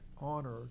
honor